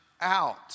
out